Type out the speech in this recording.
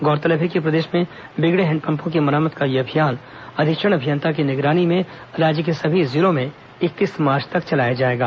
गौरतलब है कि प्रदेश में बिगड़े हैंडपंपों की मरम्मत का यह अभियान अधीक्षण अभियंता की निगरानी में राज्य के सभी जिलों में इकतीस मार्च तक चलाया जाएगा